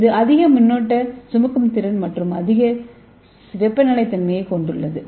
இது அதிக மின்னோட்ட சுமக்கும் திறன் மற்றும் அதிக வெப்ப நிலைத்தன்மையைக் கொண்டுள்ளது